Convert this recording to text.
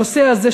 הנושא הזה,